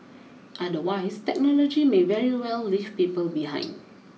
otherwise technology may very well leave people behind